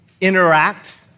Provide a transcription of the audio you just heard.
interact